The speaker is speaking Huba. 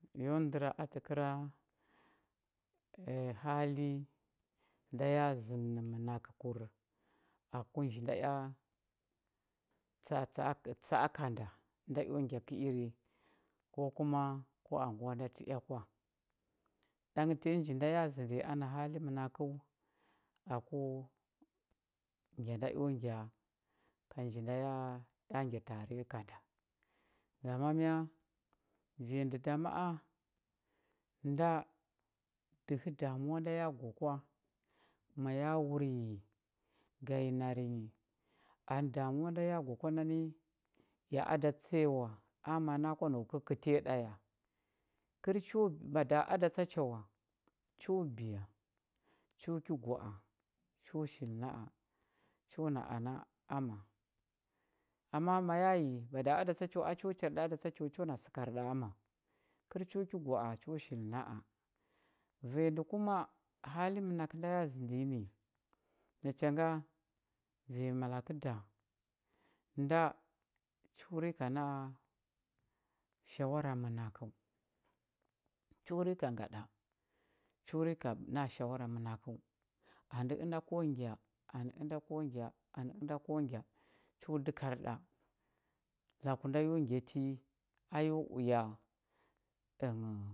Yo ndər a təkəra hali nda ya zəndə nə mənakəkur ku nji nda ea tsa atsa a tsa a ka da nda eo ngya kə iri ko kuma ku anguwa nda tə ea kwa ɗang tanyi ji nda zəndə ana hali mənakəu aku ngya nda eo ngya ka nji ya ea ngya tare ka nda ngama vanya ndə da ma a nda dəhə damuwa nda ya gwa kwa ma ya wur yi ga nar nyi anə damuwa nda ya gwa kwa nani ya ada tsa ya wa amana kwa au ka kətəya ɗa ya kəl cho bada a da tsa cha wa cho biya cho ki gwa a cho shili na a cho na ana ama ama ma ya yi bada a da cha wa a cho char ɗa a da tsa cha wa cho na səkar ɗa ama kər cho ki gwa a cho shili na a vanya də kuma hali ənakə nda yazəndə nyi ni nacha nga anya malakə da nda cho rika na a shawara mənakəu cho rika nga ɗa cho rika na a shawara mənakəu anə ənda ko ngya anə ənda ko ngya anə ənda ko ngya cho dəkar ɗa laku nda yo ngya ti a yo uya ənghəu